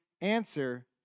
answer